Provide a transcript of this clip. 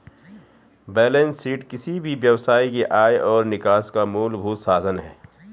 balance sheet किसी भी व्यवसाय के आय और निकास का मूलभूत साधन है